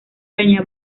caña